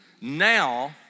now